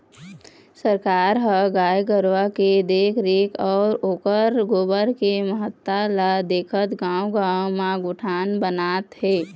सरकार ह गाय गरुवा के देखरेख अउ ओखर गोबर के महत्ता ल देखत गाँव गाँव म गोठान बनात हे